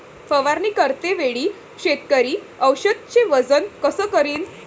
फवारणी करते वेळी शेतकरी औषधचे वजन कस करीन?